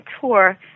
tour